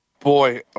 Boy